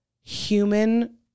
human